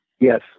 Yes